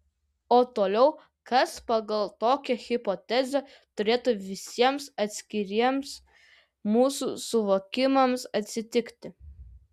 o toliau kas pagal tokią hipotezę turėtų visiems atskiriems mūsų suvokimams atsitikti